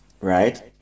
right